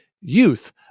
youth